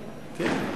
אדוני היושב-ראש.